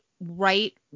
right